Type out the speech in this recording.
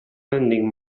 lending